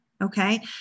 okay